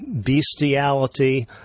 Bestiality